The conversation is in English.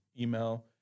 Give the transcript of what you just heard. email